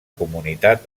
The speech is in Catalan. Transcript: comunitat